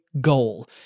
goal